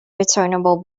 returnable